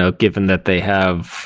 ah given that they have